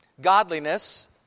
godliness